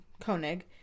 Koenig